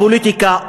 הפוליטיקה,